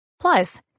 Plus